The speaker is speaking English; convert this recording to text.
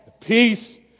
peace